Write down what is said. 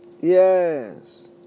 Yes